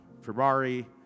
Ferrari